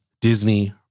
Disney